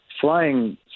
flying